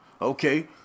Okay